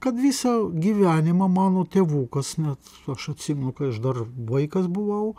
kad visą gyvenimą mano tėvukas net aš atsimenu kai aš dar vaikas buvau